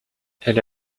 elle